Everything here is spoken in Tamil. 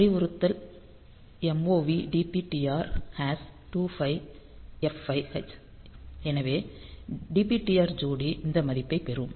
அறிவுறுத்தல் MOV DPTR 25F5H எனவே DPTR ஜோடி இந்த மதிப்பைப் பெறும்